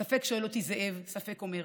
ספק שואל אותי זאב ספק אומר.